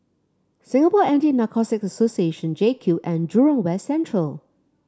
Singapore Anti Narcotics Association JCube and Jurong West Central